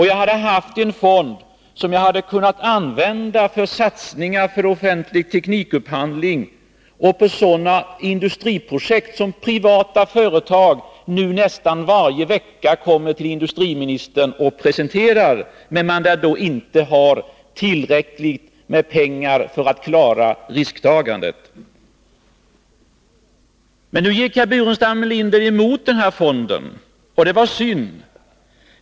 Jag hade haft en fond som jag hade kunnat använda för satsningar på offentlig teknikupphandling och på sådana industriprojekt som privata företag nästan varje vecka presenterar för mig i egenskap av industriminister. Men man har inte tillräckligt med pengar för att klara risktagandet. Herr Burenstam Linder gick alltså emot den föreslagna fonden, och det var synd.